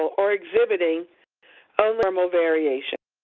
or exhibiting only normal variation.